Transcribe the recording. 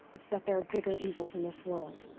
it's that there are bigger evils in this world.